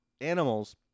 Animals